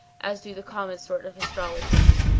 as do the common sort of astrologers.